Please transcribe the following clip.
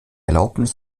erlaubnis